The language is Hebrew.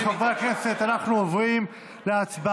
חברי הכנסת, אנחנו עוברים להצבעה.